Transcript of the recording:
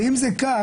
ואם זה כך,